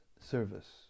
service